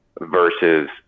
versus